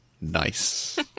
Nice